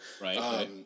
Right